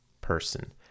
person